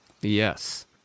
Yes